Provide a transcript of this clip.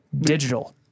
Digital